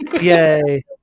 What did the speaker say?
Yay